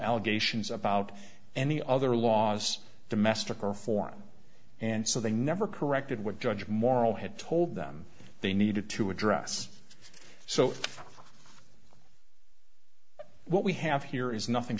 allegations about any other laws domestic or foreign and so they never corrected what judge morell had told them they needed to address so what we have here is nothing